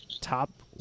top